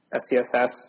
SCSS